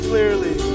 Clearly